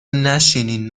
نشینین